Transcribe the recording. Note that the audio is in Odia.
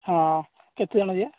ହଁ କେତେ ଜଣ ଯିବେ